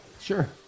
Sure